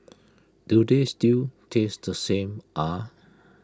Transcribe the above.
do they still taste the same ah